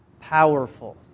powerful